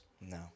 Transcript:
No